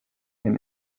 and